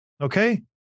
Okay